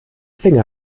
finger